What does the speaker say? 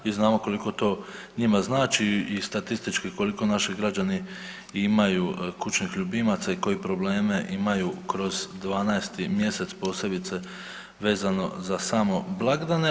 Mi znamo koliko to njima znači i statistički koliko naši građani imaju kućnih ljubimaca i koje probleme imaju kroz 12. mjesec, posebice vezano za samo blagdane.